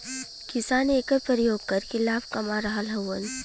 किसान एकर परियोग करके लाभ कमा रहल हउवन